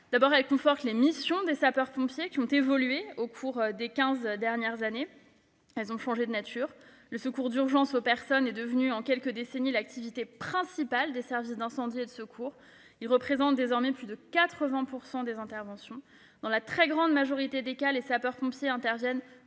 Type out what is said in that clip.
à commencer par les missions des sapeurs-pompiers, qui ont évolué au cours des quinze dernières années en changeant notamment de nature. Le secours d'urgence aux personnes est devenu en quelques décennies l'activité principale des services d'incendie et de secours. Il représente désormais plus de 80 % des interventions. Dans la très grande majorité des cas, les sapeurs-pompiers interviennent